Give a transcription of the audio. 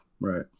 Right